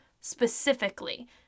specifically